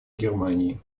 германии